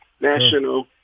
national